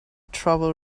trouble